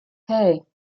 hey